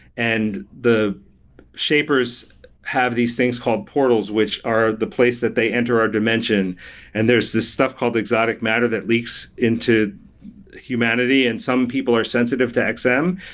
and the shapers have these things called portals, which are the place that they enter our dimension and there's this stuff called exotic matter that leaks into humanity and some people are sensitive to xm, um